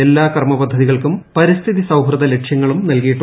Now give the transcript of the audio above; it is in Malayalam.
എല്ലാ കർമപദ്ധത്രികൾക്കും പരിസ്ഥിതി സൌഹൃദ ലക്ഷ്യങ്ങളും നൽകിയിട്ടുണ്ട്